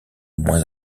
moins